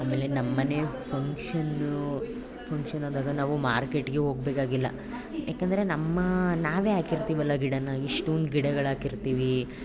ಆಮೇಲೆ ನಮ್ಮ ಮನೆ ಫಂಕ್ಷನ್ನು ಫಂಕ್ಷನ್ ಆದಾಗ ನಾವು ಮಾರ್ಕೆಟಿಗೆ ಹೋಗ್ಬೇಕಾಗಿಲ್ಲ ಯಾಕಂದ್ರೆ ನಮ್ಮ ನಾವೇ ಹಾಕಿರ್ತೀವಲ್ಲ ಗಿಡ ಎಷ್ಟೋಂದು ಗಿಡಗಳು ಹಾಕಿರ್ತೀವಿ